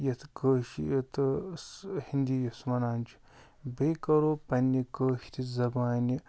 یتھ کٲشہِ یتھ ہیندی یتھ ونان چھِ بیٚیہِ کرو پَنٕنہِ کٲشرِ زَبانہِ